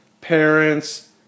parents